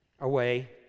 away